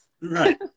right